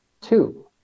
two